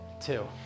Two